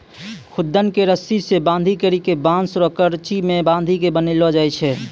खुद्दन के रस्सी से बांधी करी के बांस रो करची मे बांधी के बनैलो जाय छै